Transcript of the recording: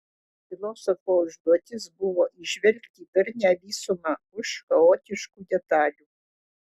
filosofo užduotis buvo įžvelgti darnią visumą už chaotiškų detalių